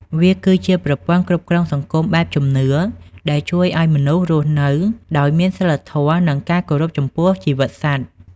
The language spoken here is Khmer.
វាគឺជាប្រព័ន្ធគ្រប់គ្រងសង្គមបែបជំនឿ ដែលជួយឱ្យមនុស្សរស់នៅដោយមានសីលធម៌ និងការគោរពចំពោះជីវិតសត្វ។